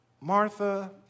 Martha